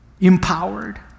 empowered